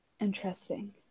Interesting